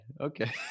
Okay